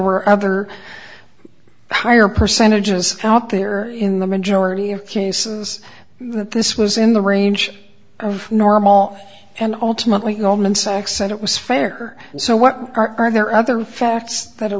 were other higher percentages out there in the majority of cases that this was in the range of normal and ultimately goldman sachs said it was fair so what are there other facts that a